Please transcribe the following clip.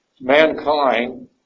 Mankind